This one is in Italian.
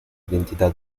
identità